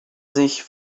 sich